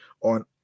on